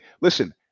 listen